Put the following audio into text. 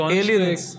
aliens